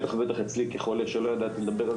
בטח ובטח אצלי כחולה שלא ידעתי לדבר על